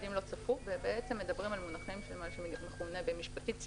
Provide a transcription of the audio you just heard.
שהצדדים לא צפו ומדברים על מונחים של מה שמכונה משפטית סיכול,